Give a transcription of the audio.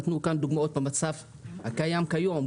נתנו כאן דוגמאות לפי המצב שקיים כיום.